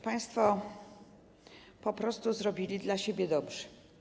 Państwo po prostu zrobili dla siebie dobrze.